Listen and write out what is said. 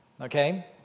okay